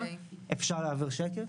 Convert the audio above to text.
אפשר להעביר שקף.